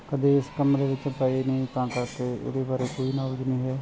ਕਦੇ ਇਸ ਕੰਮ ਦੇ ਵਿੱਚ ਪਏ ਨੇ ਤਾਂ ਕਰਕੇ ਉਹਦੇ ਬਾਰੇ ਕੋਈ ਨੋਲੇਜ ਨਹੀਂ ਹੈ